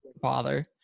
bother